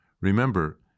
Remember